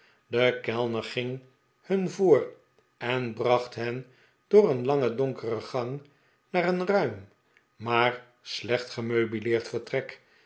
de kellner ging hun voor en bracht hen door een lange donkere gang naar een ruim maar slecht